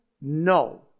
No